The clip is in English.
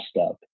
up